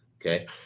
okay